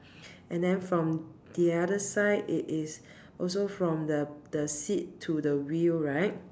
and then from the other side it is also from the the seat to the wheel right